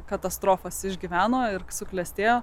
katastrofas išgyveno ir suklestėjo